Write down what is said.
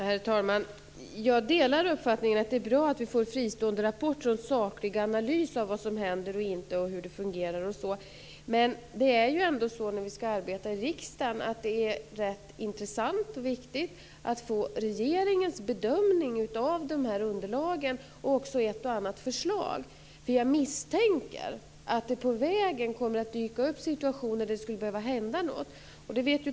Herr talman! Jag delar uppfattningen att det är bra att vi får fristående rapporter och en saklig analys av vad som händer och inte händer och om hur det fungerar. Men när vi skall arbeta i riksdagen är det ändå rätt intressant och viktigt att få regeringens bedömning av underlagen och också ett och annat förslag. Jag misstänker nämligen att det på vägen kommer att dyka upp situationer där det skulle behöva hända något.